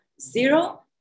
zero